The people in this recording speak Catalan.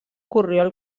corriol